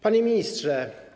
Panie Ministrze!